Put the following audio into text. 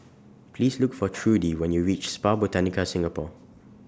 Please Look For Trudi when YOU REACH Spa Botanica Singapore